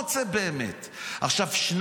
אם אתם באמת באמת רוצים לראות קדימה את עם ישראל עוד 10,